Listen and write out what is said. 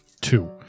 Two